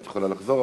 את יכולה לחזור.